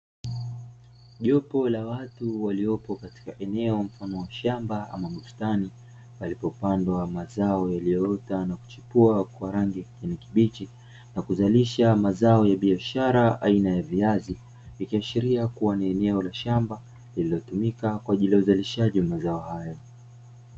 Jopo la watu waliopo katika eneo mfano wa shamba ama bustani palipopandwa mazao yaliyoota na kuchipua kwa rangi ya kijani kibichi, na kuzalisha mazao ya biashara aina ya viazi ikiashiria kua ni eneo la shamba lililotumika kwa ajili ya uzalishaji wa mazao hayo.